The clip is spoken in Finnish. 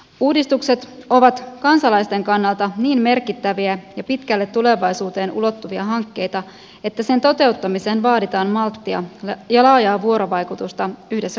uudistukset ovat kansalaisten kannalta niin merkittäviä ja pitkälle tulevaisuuteen ulottuvia hankkeita että niiden toteuttamiseen vaaditaan malttia ja laajaa vuorovaikutusta yhdessä kuntien kanssa